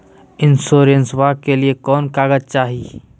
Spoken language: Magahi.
इंसोरेंसबा के लिए कौन कागज चाही?